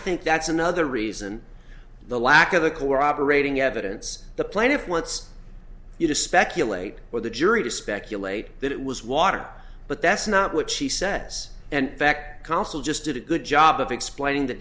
think that's another reason the lack of the core operating evidence the plaintiff wants you to speculate or the jury to speculate that it was water but that's not what she says and fact counsel just did a good job of explaining the